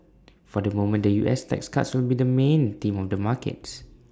for the moment the U S tax cuts will be the main theme of the markets